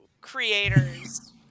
creators